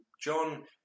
John